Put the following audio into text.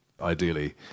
ideally